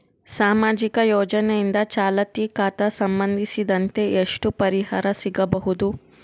ಸಾಮಾಜಿಕ ಯೋಜನೆಯಿಂದ ಚಾಲತಿ ಖಾತಾ ಸಂಬಂಧಿಸಿದಂತೆ ಎಷ್ಟು ಪರಿಹಾರ ಸಿಗಬಹುದು?